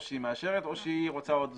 או שהיא מאשרת או שהיא רוצה עוד זמן.